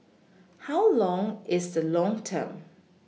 how long is the long term